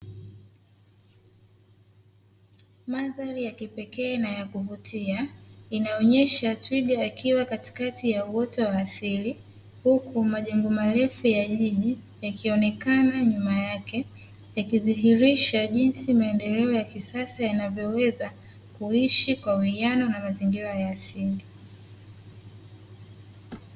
Mandhari ya kipekee na ya kuvutia inaonyesha twiga akiwa katikati ya uwoto wa asili huku majengo marefu ya jiji yakionekana nyuma yake yakidhihirisha jinsi maendeleo ya kisasa yanavyoweza kuishi kwa uwiano na mazingira ya asili .